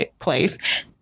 place